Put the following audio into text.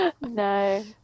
No